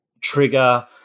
trigger